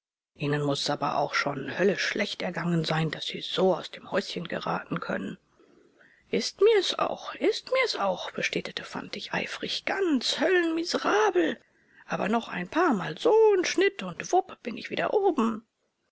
ihnen muß es aber auch schon höllisch schlecht ergangen sein daß sie so aus dem häuschen geraten können ist mir's auch ist mir's auch bestätigte fantig eifrig ganz höllenmiserabel aber noch ein paarmal so'n schnitt und wupp bin ich wieder oben